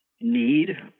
need